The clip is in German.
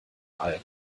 algen